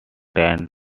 tend